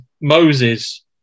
Moses